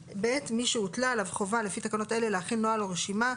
(ב)מי שהוטלה עליו חובה לפי תקנות אלה להכין נוהל או רשימה,